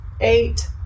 eight